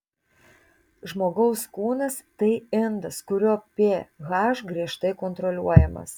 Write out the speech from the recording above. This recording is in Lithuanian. žmogaus kūnas tai indas kurio ph griežtai kontroliuojamas